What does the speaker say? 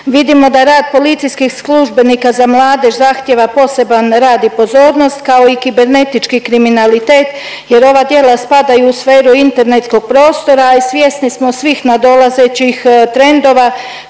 Vidimo da rad policijskih službenika za mladež zahtijeva poseban rad i pozornost kao i kibernetički kriminalitet jer ova djela spadaju u sferu internetskog prostora, a i svjesni smo svih nadolazećih trendova